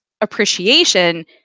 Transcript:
appreciation